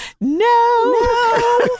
No